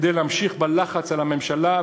וכדי להמשיך בלחץ על הממשלה,